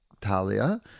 Talia